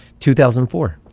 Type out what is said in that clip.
2004